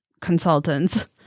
consultants